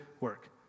work